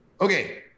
Okay